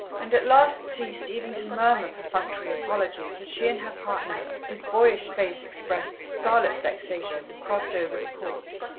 and at last ceased even to murmur perfunctory apologies as she and her partner, whose boyish face expressed scarlet vexation, crossed over the court.